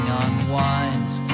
unwinds